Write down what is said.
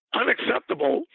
unacceptable